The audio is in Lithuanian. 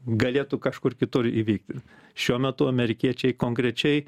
galėtų kažkur kitur įvykti šiuo metu amerikiečiai konkrečiai